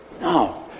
no